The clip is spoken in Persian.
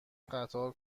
قطار